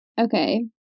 Okay